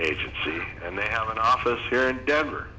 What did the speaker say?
agency and they have an office here in denver